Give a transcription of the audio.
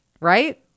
Right